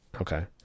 Okay